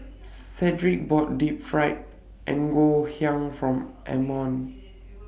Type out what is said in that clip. Sedrick bought Deep Fried Ngoh Hiang For Ammon